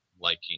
liking